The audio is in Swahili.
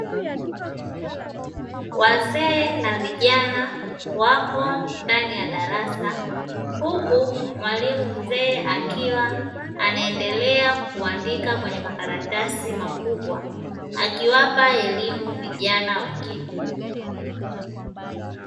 Wazee na vijana wako ndani ya darasa huku mwalimu mzee anaendelea kuandika kwenye makaratasi makubwa akiwapa elimu vijana wengine.